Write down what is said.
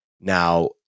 now